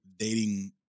Dating